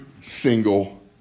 single